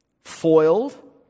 foiled